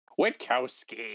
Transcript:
Witkowski